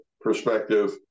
perspective